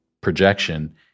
projection